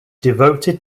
devoted